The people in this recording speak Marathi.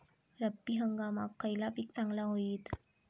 रब्बी हंगामाक खयला पीक चांगला होईत?